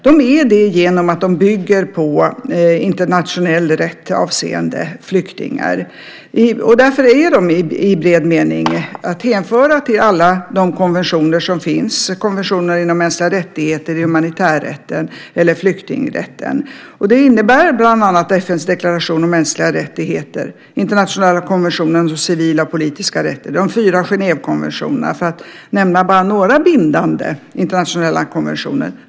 De är det genom att de bygger på internationell rätt avseende flyktingar. Därför är de i bred mening att hänföra till alla de konventioner som finns. Det gäller konventionerna inom mänskliga rättigheter och humanitärrätten eller flyktingrätten. Det innebär bland annat FN:s deklaration om mänskliga rättigheter, internationella konventionen om civila och politiska rättigheter, de fyra Genèvekonventionerna, för att nämna bara några bindande internationella konventioner.